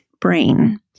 brain